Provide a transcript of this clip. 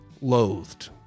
loathed